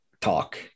talk